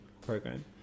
program